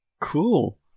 Cool